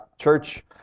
church